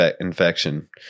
infection